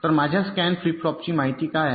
तर माझ्या scan flip फ्लॉपची माहिती काय आहे